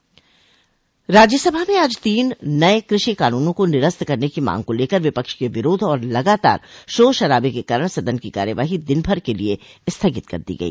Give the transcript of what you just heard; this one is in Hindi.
राज्य सभा में आज तीन नये कृषि कानूनों को निरस्त करने की मांग को लेकर विपक्ष के विरोध और लगातार शोर शराबे के कारण सदन की कार्यवाही दिनभर के लिए स्थगित कर दी गई